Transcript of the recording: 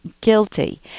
guilty